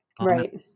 Right